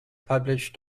published